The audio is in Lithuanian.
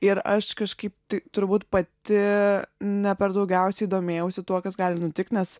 ir aš kažkaip tai turbūt pati ne per daugiausiai domėjausi tuo kas gali nutikt nes